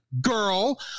girl